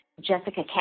Jessica